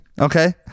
okay